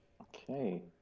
Okay